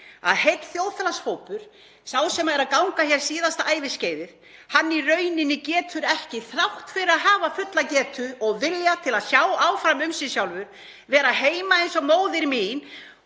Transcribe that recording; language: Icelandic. að heill þjóðfélagshópur, sá sem er að ganga hér síðasta æviskeiðið, getur ekki þrátt fyrir að hafa fulla getu og vilja til að sjá áfram um sig sjálfur, vera heima eins og móðir mín